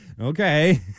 okay